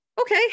Okay